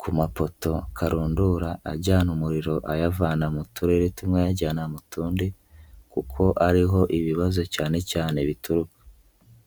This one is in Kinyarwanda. ku mapoto karundura ajyana umuriro ayavana mu turere tumwe ayajyana mu tundi kuko ari ho ibibazo cyane cyane bituruka.